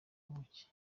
buki